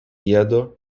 jiedu